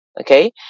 Okay